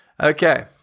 Okay